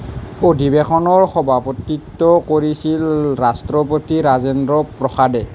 অধিৱেশনৰ সভাপতিত্ব কৰিছিল ৰাষ্ট্ৰপতি ৰাজেন্দ্ৰ প্ৰসাদে